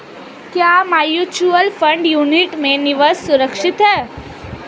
क्या mutual fund unit में निवेश सुरक्षित है?